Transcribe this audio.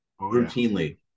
routinely